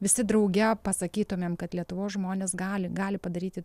visi drauge pasakytumėm kad lietuvos žmonės gali gali padaryti